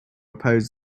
oppose